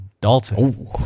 Dalton